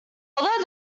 although